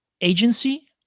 Agency